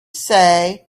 say